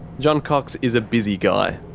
john cox is a busy guy.